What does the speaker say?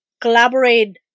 collaborate